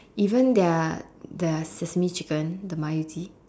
even their their sesame chicken the 麻油鸡